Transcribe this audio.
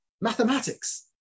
mathematics